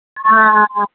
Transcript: ಹಾಂ